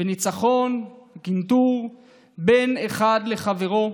וניצחון וקנטור בין אחד לחברו,